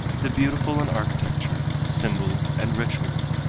the beautiful in architecture, symbol and ritual,